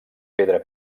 pedra